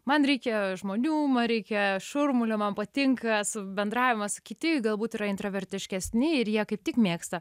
man reikia žmonių man reikia šurmulio man patinka su bendravimas kiti galbūt yra intravertiškesni ir jie kaip tik mėgsta